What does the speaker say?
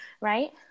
right